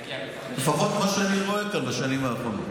לפחות מה שאני רואה בשנים האחרונות.